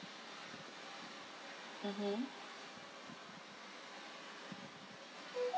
mmhmm